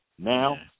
now